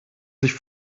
sich